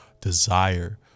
desire